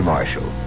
Marshall